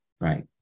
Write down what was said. right